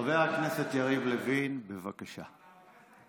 חבר הכנסת יריב לוין, בבקשה.